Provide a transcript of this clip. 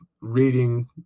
reading